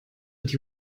die